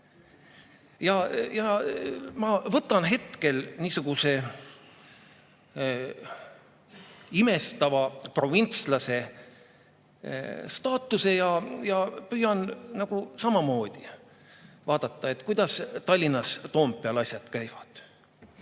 Ja ma võtan praegu niisuguse imestava provintslase staatuse ja püüan samamoodi vaadata, kuidas Tallinnas Toompeal asjad käivad. Ja